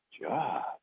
job